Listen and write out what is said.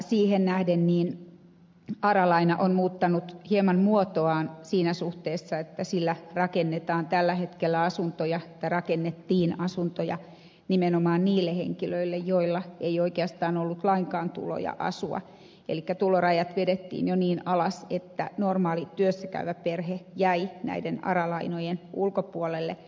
siihen nähden ara laina on muuttanut hieman muotoaan siinä suhteessa että sillä on rakennettu asuntoja nimenomaan niille henkilöille joilla ei oikeastaan ole ollut lainkaan tuloja asumista varten elikkä tulorajat vedettiin jo niin alas että normaali työssä käyvä perhe jäi näiden ara lainojen ulkopuolelle